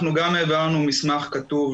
גם אנחנו העברנו לוועדה מסמך כתוב.